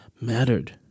mattered